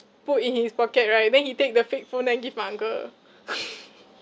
put in his pocket right then he take the fake phone then give my uncle